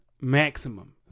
maximum